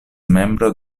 membro